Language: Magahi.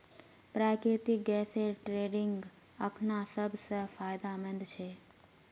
प्राकृतिक गैसेर ट्रेडिंग अखना सब स फायदेमंद छ